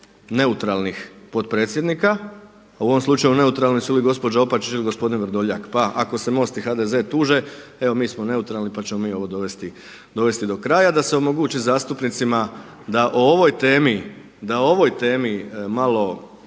neutralnih potpredsjednika, a u ovom slučaju neutralni su ili gospođa Opačić ili gospodin Vrdoljak pa ako se MOST i HDZ tuže evo mi smo neutralni pa ćemo mi ovo dovesti do kraja da se omogući zastupnicima da o ovoj temi malo